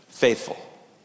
faithful